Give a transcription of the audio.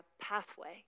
pathway